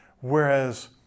Whereas